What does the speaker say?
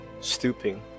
stooping